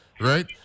right